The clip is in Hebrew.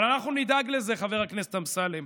אבל אנחנו נדאג לזה, חבר הכנסת אמסלם.